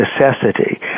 necessity